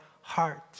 heart